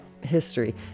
history